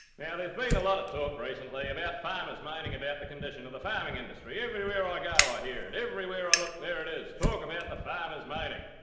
now, there's been a lot of talk recently about farmers moaning about the condition of the farming industry. everywhere i go i hear it, everywhere i look, there it is, talk about the farmers moaning.